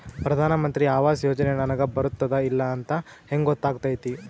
ಪ್ರಧಾನ ಮಂತ್ರಿ ಆವಾಸ್ ಯೋಜನೆ ನನಗ ಬರುತ್ತದ ಇಲ್ಲ ಅಂತ ಹೆಂಗ್ ಗೊತ್ತಾಗತೈತಿ?